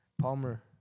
Palmer